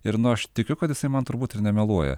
ir nu aš tikiu kad jisai man turbūt ir nemeluoja